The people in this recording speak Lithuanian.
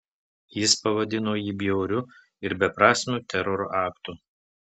jis pavadino jį bjauriu ir beprasmiu teroro aktu